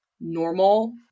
normal